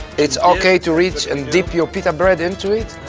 it's okay to reach and dip your pita bread into it.